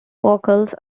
vocals